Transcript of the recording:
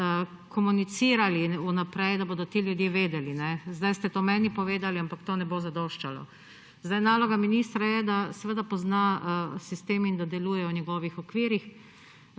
komunicirali v naprej, da bodo to ljudje vedeli. Zdaj ste to meni povedali, ampak to ne bo zadoščalo. Naloga ministra je, da pozna sistem in da deluje v njegovih okvirih.